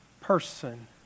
person